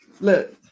look